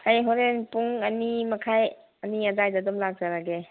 ꯑꯩ ꯍꯣꯔꯦꯟ ꯄꯨꯡ ꯑꯅꯤꯃꯈꯥꯏ ꯑꯅꯤ ꯑꯗ꯭ꯋꯥꯏꯗ ꯑꯗꯨꯝ ꯂꯥꯛꯆꯔꯒꯦ